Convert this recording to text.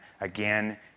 again